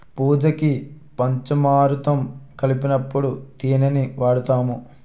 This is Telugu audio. పూజకి పంచామురుతం కలిపినప్పుడు తేనిని వాడుతాము